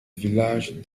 villages